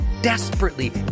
desperately